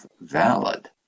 valid